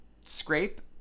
scrape